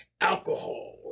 alcohol